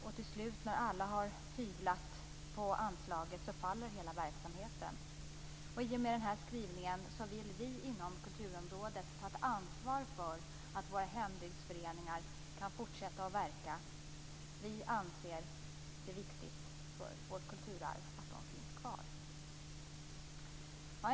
Till slut när alla har hyvlat på anslaget faller hela verksamheten. I och med den här skrivningen vill vi inom kulturområdet ta ett ansvar för att våra hembygdsföreningar kan fortsätta att verka. Vi anser det viktigt för vårt kulturarv att de finns kvar.